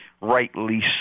rightly